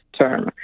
term